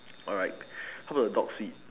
alright how about the dog's feet